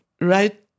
Right